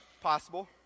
possible